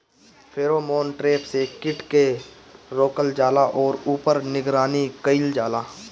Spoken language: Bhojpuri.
फेरोमोन ट्रैप से कीट के रोकल जाला और ऊपर निगरानी कइल जाला?